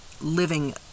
living